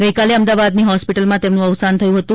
ગઇકાલે અમદાવાદની હોસ્પિટલમાં તેમનું અવસાન થયું હતું